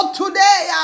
today